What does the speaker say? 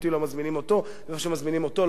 ואיפה שמזמינים אותו לא מזמינים אותי.